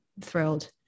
thrilled